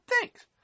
Thanks